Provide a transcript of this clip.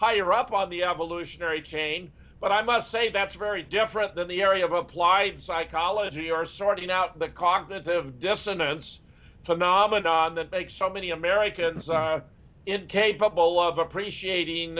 higher up on the evolutionary chain but i must say that's very different than the area of applied psychology are sorting out the cognitive dissonance phenomenon that takes so many americans are incapable of appreciating